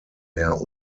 mehr